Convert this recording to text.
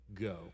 go